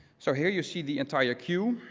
so here, you see the entire queue.